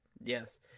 Yes